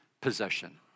possession